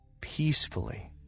peacefully